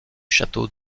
château